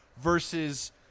versus